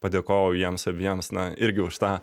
padėkojau jiems abiems na irgi už tą